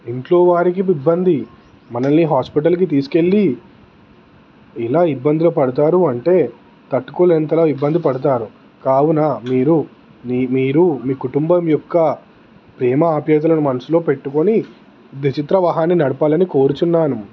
ఇంట్లో వారికి ఇబ్బంది మనల్ని హాస్పిటల్కి తీసుకెళ్ళి ఎలా ఇబ్బందులు పడతారు అంటే తట్టుకోలేనంతలా ఇబ్బంది పడతారు కావున మీరు మీరు మీ కుటుంబం యొక్క ప్రేమ ఆప్యాయతలను మనసులో పెట్టుకొని ద్విచక్ర వాహనాన్ని నడపాలని కోరుచున్నాను